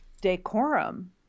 decorum